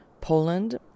Poland